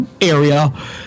area